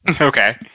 Okay